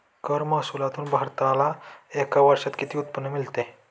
कर महसुलातून भारताला एका वर्षात किती उत्पन्न मिळते?